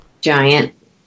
Giant